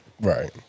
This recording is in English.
right